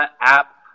app